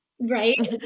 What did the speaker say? right